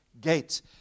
gate